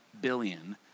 billion